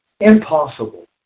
Impossible